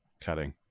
cutting